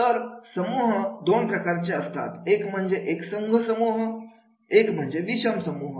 तर समूह दोन प्रकारचे असतात एक म्हणजे एकसंघ समूह एक म्हणजे विषम समूह